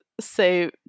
say